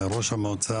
המועצה,